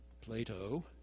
Plato